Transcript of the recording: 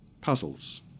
puzzles